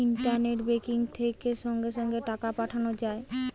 internet banking থেকে সঙ্গে সঙ্গে টাকা পাঠানো যায়